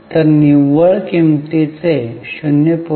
तर निव्वळ किमतीचे 0